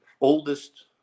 oldest